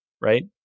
right